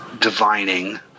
divining